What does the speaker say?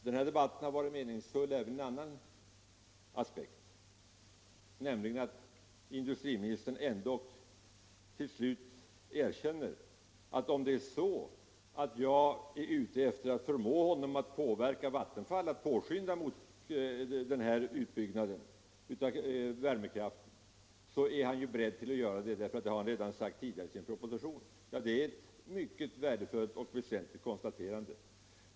Den här debatten har varit meningsfull även ur en annan aspekt, nämligen att industriministern till slut erkänner att om jag är ute efter att förmå honom att påverka Vattenfall att påskynda den här utbyggnaden, så är han beredd att göra det; det har han sagt redan i sin proposition. Det är ett värdefullt och väsentligt konstaterande.